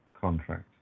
contract